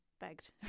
begged